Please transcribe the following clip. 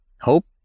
Hope